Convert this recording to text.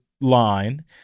line